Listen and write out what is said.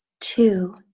Two